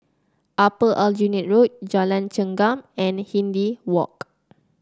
Upper Aljunied Road Jalan Chengam and Hindhede Walk